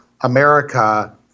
America